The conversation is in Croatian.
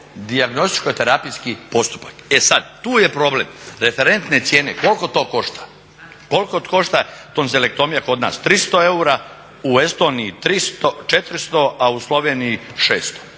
dijagnostičko-terapijski postupak. E sada tu je problem, referentne cijene, koliko to košta, koliko košta tonzilektomija kod nas? 300 eura u Estoniji, 400, a u Sloveniji 600.